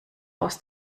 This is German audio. aus